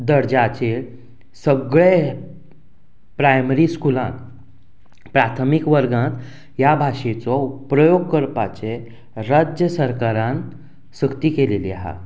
दर्जाचेर सगळ्यां प्रायमरी स्कुलांत प्राथमीक वर्गांत हे भाशेचो प्रयोग करपाचें राज्य सरकारान सक्ती केल्ली आसा